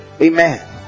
Amen